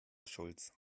schulz